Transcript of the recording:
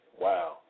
Wow